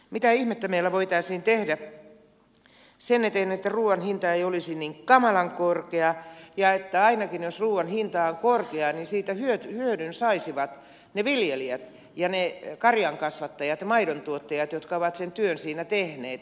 mitä ihmettä meillä voitaisiin tehdä sen eteen että ruoan hinta ei olisi niin kamalan korkea ja että ainakin jos ruoan hinta on korkea siitä hyödyn saisivat ne viljelijät ja ne karjankasvattajat ja maidontuottajat jotka ovat sen työn siinä tehneet